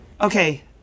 Okay